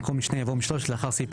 במקום 'משני' יבוא 'משלושת' ולאחר סעיף